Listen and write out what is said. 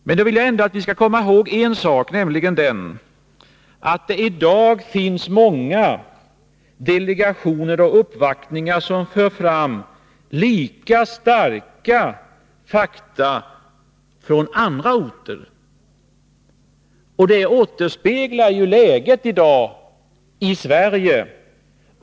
Men jag vill att ni skall komma ihåg en sak, nämligen att det i dag finns många delegationer och uppvaktningar som för fram lika starka fakta för andra orter. Detta återspeglar ju läget i Sverige i dag.